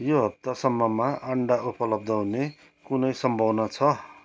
यो हप्तासम्ममा अन्डा उपलब्ध हुने कुनै सम्भावना छ